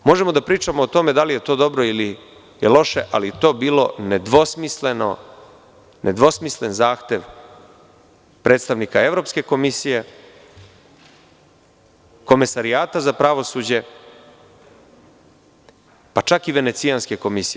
Možemo da pričamo o tome da li je to dobro ili je loše, ali je to bio nedvosmislen zahtev predstavnika Evropske komisije, Komesarijata za pravosuđe, pa čak i Venecijanske komisije.